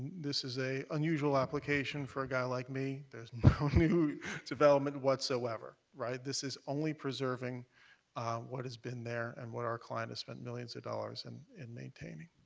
this is an unusual application for a guy like me. there's no new development whatsoever, right. this is only preserving what has been there and what our client has spent millions of dollars and in maintaining.